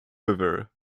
river